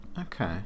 Okay